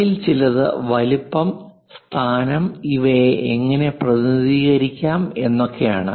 അവയിൽ ചിലത് വലുപ്പം സ്ഥാനം ഇവയെ എങ്ങനെ പ്രതിനിധീകരിക്കാം എന്നൊക്കെയാണ്